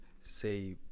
say